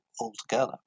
altogether